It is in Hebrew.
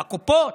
בקופות.